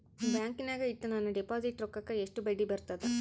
ಬ್ಯಾಂಕಿನಾಗ ಇಟ್ಟ ನನ್ನ ಡಿಪಾಸಿಟ್ ರೊಕ್ಕಕ್ಕ ಎಷ್ಟು ಬಡ್ಡಿ ಬರ್ತದ?